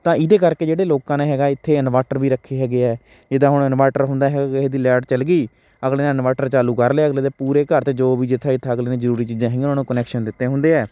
ਤਾਂ ਇਹਦੇ ਕਰਕੇ ਜਿਹੜੇ ਲੋਕਾਂ ਨੇ ਹੈਗਾ ਇੱਥੇ ਇਨਵਰਟਰ ਵੀ ਰੱਖੇ ਹੈਗੇ ਹੈ ਜਿੱਦਾਂ ਹੁਣ ਇਨਵਰਟਰ ਹੁੰਦਾ ਹੈਗਾ ਕਿਸੇ ਦੀ ਲਾਇਟ ਚੱਲ ਗਈ ਅਗਲੇ ਨੇ ਇਨਵਰਟਰ ਚਾਲੂ ਕਰ ਲਿਆ ਅਗਲੇ ਦੇ ਪੂਰੇ ਘਰ 'ਚ ਜੋ ਵੀ ਜਿੱਥੇ ਜਿੱਥੇ ਅਗਲੇ ਨੇ ਜ਼ਰੂਰੀ ਚੀਜ਼ਾਂ ਹੈਗੀਆਂ ਉਹਨਾਂ ਨੂੰ ਕਨੈਕਸ਼ਨ ਦਿੱਤੇ ਹੁੰਦੇ ਹੈ